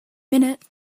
minute